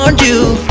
um do